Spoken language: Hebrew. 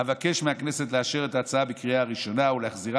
אבקש מהכנסת לאשר את ההצעה בקריאה הראשונה ולהחזירה